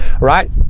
right